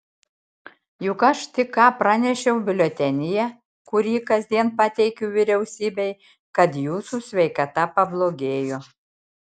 juk aš tik ką pranešiau biuletenyje kurį kasdien pateikiu vyriausybei kad jūsų sveikata pablogėjo